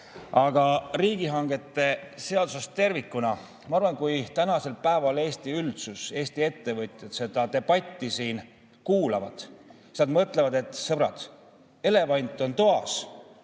riigihangete seadusest tervikuna. Ma arvan, et kui tänasel päeval Eesti üldsus, Eesti ettevõtjad seda debatti siin kuulavad, siis nad mõtlevad, et sõbrad, elevant on toas,